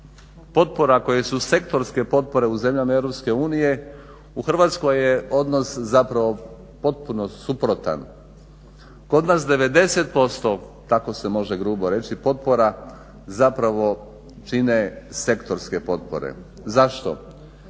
potpora koje su sektorske potpore u zemljama Eu u Hrvatskoj je odnos zapravo potpuno suprotan. Kod nas 90% tako se grubo može reći potpora zapravo čine sektorske potpore. Zašto?